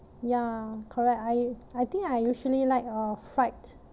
ya correct I I think I usually like uh fried